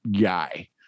guy